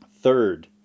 Third